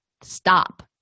stop